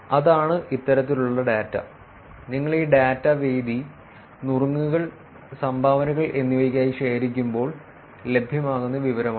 അതാണ് ഇത്തരത്തിലുള്ള ഡാറ്റ നിങ്ങൾ ഈ ഡാറ്റ വേദി നുറുങ്ങുകൾ സംഭാവനകൾ എന്നിവയ്ക്കായി ശേഖരിക്കുമ്പോൾ ലഭ്യമാകുന്ന വിവരമാണ്